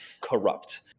corrupt